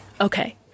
Okay